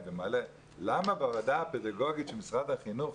ומעלים את הסוגיה מדוע בוועדה הפדגוגית במשרד החינוך